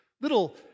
little